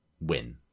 win